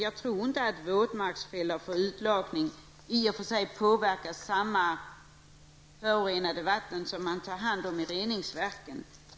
Jag tror inte att våtmarksfällor för utlakning i och för sig påverkar samma förorenade vatten som man tar hand om i reningsverken.